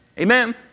Amen